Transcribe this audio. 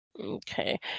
Okay